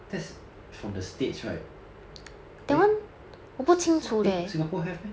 that's from the states right eh ss~ eh singapore have meh